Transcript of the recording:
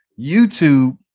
YouTube